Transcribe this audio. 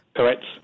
Correct